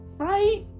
Right